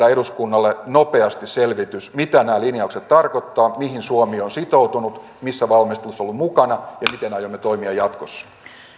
saada eduskunnalle nopeasti selvitys mitä nämä linjaukset tarkoittavat mihin suomi on sitoutunut missä valmistelussa ollut mukana ja miten aiomme toimia jatkossa